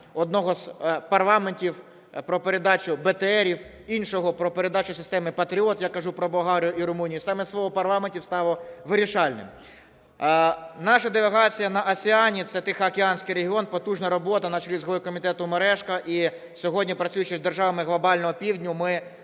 одного з парламентів про передачу БТРів, іншого, про передачу системи Patriot, я кажу про Болгарію і Румунію, саме слово парламентів стало вирішальним. Наша делегація на АСЕАН, це Тихоокеанський регіон, потужна робота на чолі з головою комітету Мережко. І сьогодні, працюючи з державами Глобального Півдня, ми